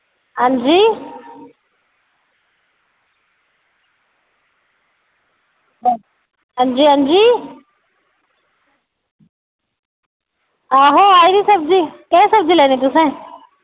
आंजी अंजी अंजी आहो आई सब्ज़ी केह्ड़ी सब्ज़ी लैनी तुसें